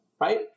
Right